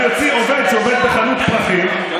אם אני אוציא עובדת שעובדת בחנות פרחים,